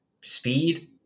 Speed